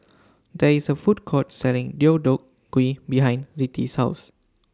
There IS A Food Court Selling Deodeok Gui behind Zettie's House